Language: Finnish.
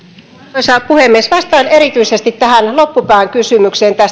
arvoisa puhemies vastaan erityisesti tähän loppupään kysymykseen